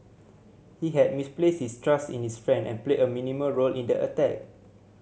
he had misplaced his trust in his friend and played a minimal role in the attack